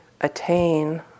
attain